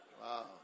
Wow